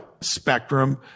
spectrum